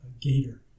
Gator